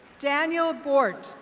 daniel gwart.